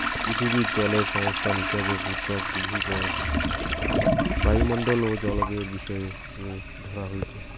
পিথীবিত জলের সংস্থান হিসাবে ভূত্বক, ভূগর্ভ, বায়ুমণ্ডল ও জলবায়ুর বিষয় রে ধরা হইচে